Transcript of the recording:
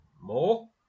more